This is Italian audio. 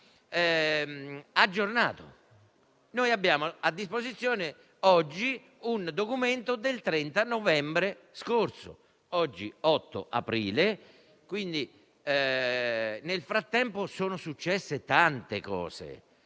Noi abbiamo a disposizione oggi un documento del 30 novembre scorso; oggi è l'8 aprile. Nel frattempo sono successe tante cose,